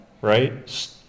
Right